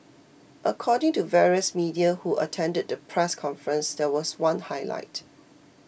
according to various media who attended the press conference there was one highlight